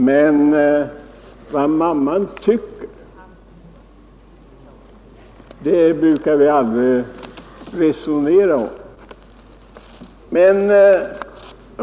Men vad mamman tycker brukar vi aldrig resonera om.